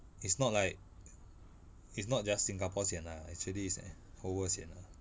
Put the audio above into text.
it's not like it's not just singapore sian ah actually it's the whole world sian ah